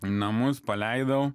namus paleidau